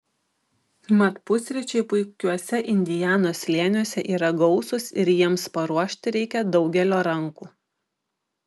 mat pusryčiai puikiuose indianos slėniuose yra gausūs ir jiems paruošti reikia daugelio rankų